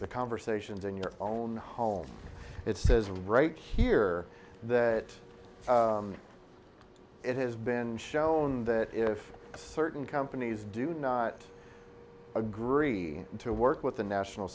the conversations in your own home it says right here that it has been shown that if certain companies do not agree to work with the national